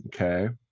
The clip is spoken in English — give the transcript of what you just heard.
Okay